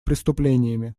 преступлениями